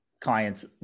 clients